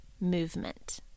movement